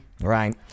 right